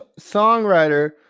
songwriter